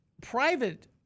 private